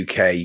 UK